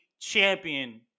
champion